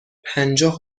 پجاه